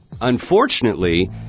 Unfortunately